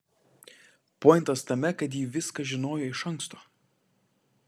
pointas tame kad ji viską žinojo iš anksto